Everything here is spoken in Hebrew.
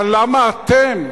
אבל למה אתם?